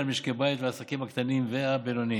למשקי בית ולעסקים הקטנים והבינוניים.